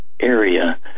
area